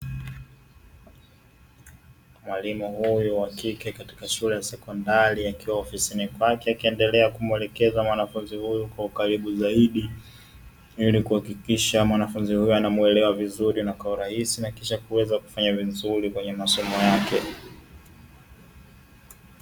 Mwalimu huyu wa kike katika shule ya sekondari akiwa ofisini kwake akiendelea kumuelekeza mwanafunzi huyu kwa ukaribu zaidi, ili kuhakikisha mwanafunzi huyu anamuelewa vizuri na kwa urahisi na kisha kuweza kufanya vizuri kwenye masomo yake.